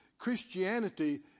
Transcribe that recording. Christianity